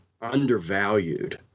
undervalued